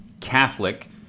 catholic